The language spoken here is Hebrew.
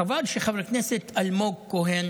חבל שחבר הכנסת אלמוג כהן